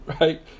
right